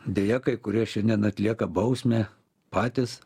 deja kai kurie šiandien atlieka bausmę patys